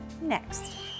next